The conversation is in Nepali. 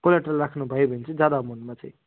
कोलाट्रल राख्नुभयो भने चाहिँ ज्यादा एमाउन्टमा चाहिँ